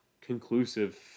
conclusive